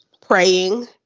praying